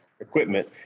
equipment